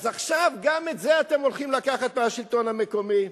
אז עכשיו גם את זה אתם הולכים לקחת מהשלטון המקומי?